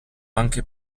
anche